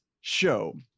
show